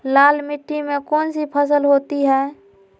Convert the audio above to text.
लाल मिट्टी में कौन सी फसल होती हैं?